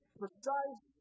precise